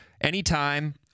Anytime